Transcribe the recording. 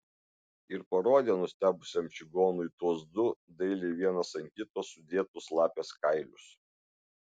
ir parodė nustebusiam čigonui tuos du dailiai vienas ant kito sudėtus lapės kailius